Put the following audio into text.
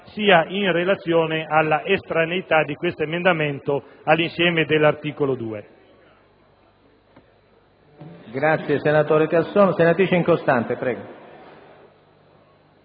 sia in relazione all'estraneità dell'emendamento all'insieme dell'articolo 2.